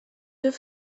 deux